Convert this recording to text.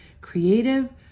creative